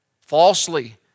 falsely